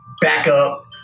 backup